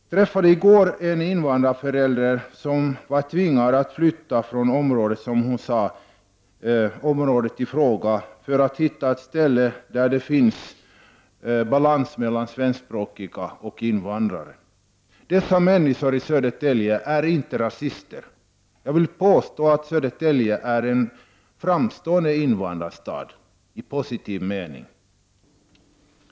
Jag träffade i går en invandrarförälder som var tvingad att flytta från området i fråga för att hitta ett ställe där det, som hon sade, finns balans mellan svenskspråkiga och invandrare. Dessa människor i Södertälje är inte rasister. Jag vill påstå att Södertälje är en framstående invandrarstad, i positiv mening.